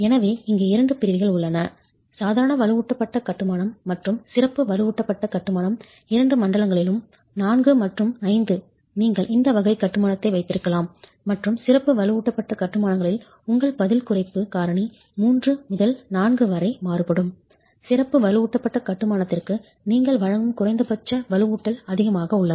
எனவே இங்கு இரண்டு பிரிவுகள் உள்ளன சாதாரண வலுவூட்டப்பட்ட கட்டுமானம் மற்றும் சிறப்பு வலுவூட்டப்பட்ட கட்டுமானம் இரண்டு மண்டலங்களும் IV மற்றும் V நீங்கள் இந்த வகை கட்டுமானத்தை வைத்திருக்கலாம் மற்றும் சிறப்பு வலுவூட்டப்பட்ட கட்டுமானம்களில் உங்கள் பதில் குறைப்பு காரணி III முதல் IV வரை மாறுபடும் சிறப்பு வலுவூட்டப்பட்ட கட்டுமானத்திற்கு நீங்கள் வழங்கும் குறைந்தபட்ச வலுவூட்டல் அதிகமாக உள்ளது